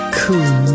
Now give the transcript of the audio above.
cool